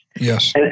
Yes